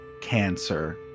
cancer